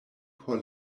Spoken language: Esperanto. por